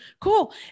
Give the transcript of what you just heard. cool